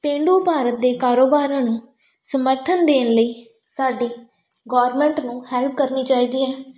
ਪੇਂਡੂ ਭਾਰਤ ਦੇ ਕਾਰੋਬਾਰਾਂ ਨੂੰ ਸਮਰਥਨ ਦੇਣ ਲਈ ਸਾਡੀ ਗੌਰਮੈਂਟ ਨੂੰ ਹੈਲਪ ਕਰਨੀ ਚਾਹੀਦੀ ਹੈ